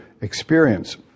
experience